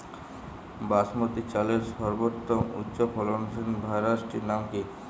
বাসমতী চালের সর্বোত্তম উচ্চ ফলনশীল ভ্যারাইটির নাম কি?